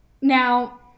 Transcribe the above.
Now